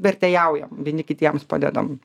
vertėjaujam vieni kitiems padedam